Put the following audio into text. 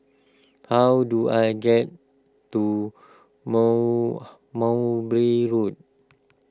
how do I get to mow Mowbray Road